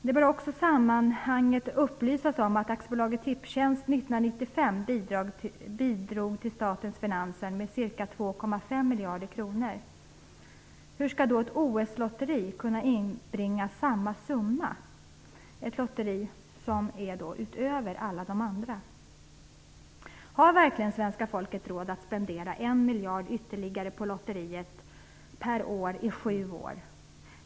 Det bör också i sammanhanget upplysas om att 2,5 miljarder kronor. Hur skall då ett OS-lotteri kunna inbringa samma summa - ett lotteri till, utöver alla de andra? Har verkligen svenska folket råd att spendera ytterligare 1 miljard per år i sju år på lotterier?